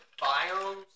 biomes